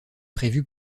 prévue